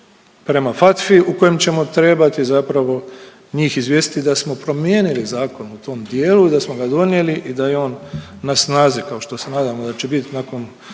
prema FATF-i u kojem ćemo trebati zapravo njih izvijestiti da smo promijenili zakon u tom dijelu i da smo ga donijeli i da je on na snazi kao što se nadamo da će biti nakon